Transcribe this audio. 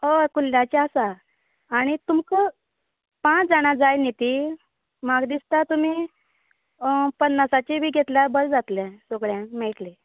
हय कुल्ल्याचें आसा आनी तुमकां पाच जाणां जाय नी ती माक दिस्ता तुमी पन्नासाची बी घेतल्यार बरें जातलें सगल्यांक मेळटलें